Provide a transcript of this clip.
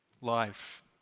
life